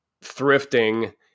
thrifting